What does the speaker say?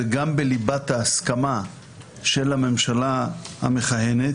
זה גם בליבת ההסכמה של הממשלה המכהנת,